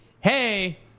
hey